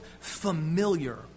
familiar